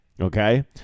Okay